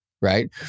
right